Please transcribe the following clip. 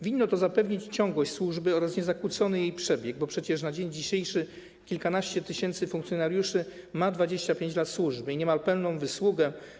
Winno to zapewnić ciągłość służby oraz niezakłócony jej przebieg, bo przecież na dzień dzisiejszy kilkanaście tysięcy funkcjonariuszy ma wypracowane 25 lat służby i niemal pełną wysługę.